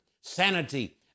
sanity